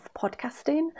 podcasting